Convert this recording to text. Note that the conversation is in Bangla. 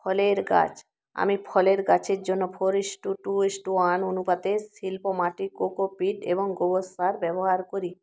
ফলের গাছ আমি ফলের গাছের জন্য four is to two is to one অনুপাতে শিল্প মাটি কোকোপিট এবং গোবর সার ব্যবহার করি